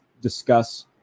discuss –